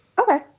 Okay